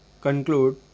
conclude